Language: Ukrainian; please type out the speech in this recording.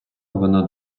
вона